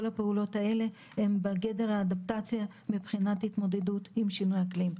כל הפעולות האלה הן בגדר אדפטציה מבחינת התמודדות עם שינוי אקלים.